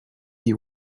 you